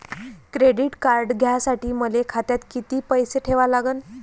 Credit card घ्यासाठी मले खात्यात किती पैसे ठेवा लागन?